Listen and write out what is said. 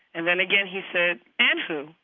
and then again, he said, and who?